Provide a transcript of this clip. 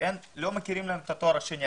ואז לא מכירים להם בתואר השני.